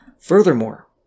Furthermore